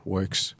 Works